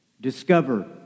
Discover